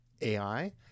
AI